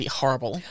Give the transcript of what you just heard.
horrible